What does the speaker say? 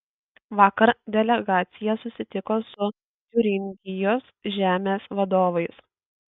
vakar delegacija susitiko su tiuringijos žemės vadovais